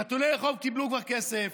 חתולי רחוב קיבלו כבר כסף.